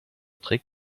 trick